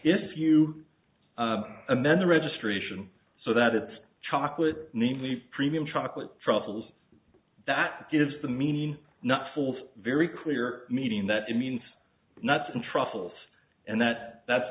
if you amend the registration so that it's chocolate namely premium chocolate truffles that gives them meaning not full of very clear meaning that it means not some truffles and that that's